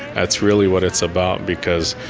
that's really what it's about, because